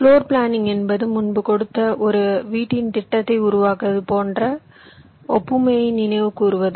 floor planning என்பது முன்பு கொடுத்த ஒரு வீட்டின் திட்டத்தை உருவாக்குவது போன்ற ஒப்புமையை நினைவுகூருவது